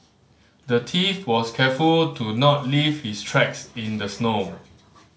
the thief was careful to not leave his tracks in the snow